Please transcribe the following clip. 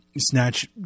snatch